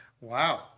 Wow